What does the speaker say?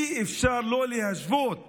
אי-אפשר שלא להשוות